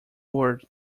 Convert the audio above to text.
word